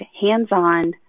hands-on